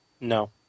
No